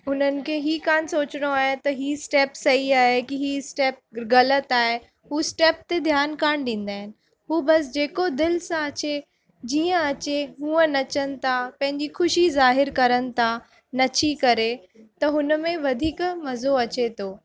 हू हुननि खे हीउ कोन सोचणो आहे त हीउ स्टैप सही आहे कि हीउ स्टैप ग़लति आहे हू स्टैप ते ध्यान कोन ॾींदा आहिनि हू बस जेको दिलि सां अचे जीअं अचे हूअं नचनि था पंहिंजी ख़ुशी ज़ाहिरु करनि था नची करे त हुन में वधीक मज़ो अचे थो